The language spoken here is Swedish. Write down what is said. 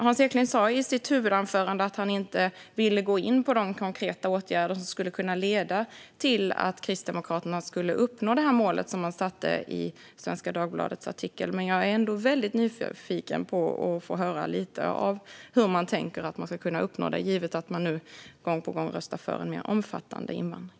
Hans Eklind sa i sitt huvudanförande att han inte ville gå in på de konkreta åtgärder som kan leda till att Kristdemokraterna uppnår det mål som sattes upp i artikeln i Svenska Dagbladet, men jag är väldigt nyfiken på att få höra lite om hur man tänker att man ska kunna uppnå det, givet att man nu gång på gång röstar för en mer omfattande invandring.